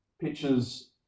pictures